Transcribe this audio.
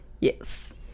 yes